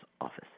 office